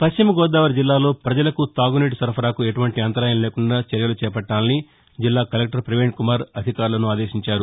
పశ్చిమ గోదావరి జిల్లాలో పజలకు తాగునీటి సరఫరాకు ఎటువంటి అంతరాయం లేకుండా చర్యలు చేపట్లాలని జిల్లా కలెక్లర్ ప్రవీణ్ కుమార్ అధికారులను ఆదేశించారు